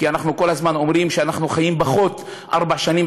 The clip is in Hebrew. כי כל הזמן אנחנו אומרים שאנחנו חיים פחות ארבע שנים,